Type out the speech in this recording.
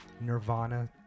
Nirvana